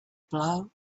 blow